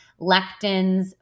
lectins